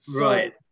Right